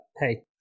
hey